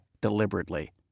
deliberately